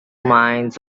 mines